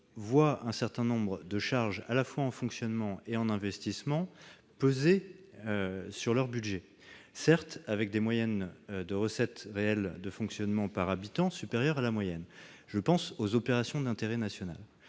voient un certain nombre de charges en fonctionnement et en investissement peser sur leur budget, certes avec des recettes réelles de fonctionnement par habitant supérieures à la moyenne. Je pense aux opérations d'intérêt national.